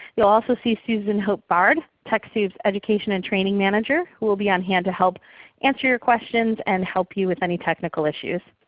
you'll also see susan hope bard, techsoup's education and training manager, who will be on-hand to help answer your questions and help you with any technical issues.